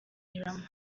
rama